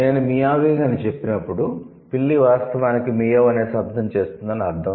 నేను మియావింగ్ అని చెప్పినప్పుడు పిల్లి వాస్తవానికి మియావ్ అనే శబ్దం చేస్తుందని అర్థం